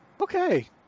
Okay